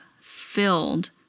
filled